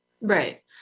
Right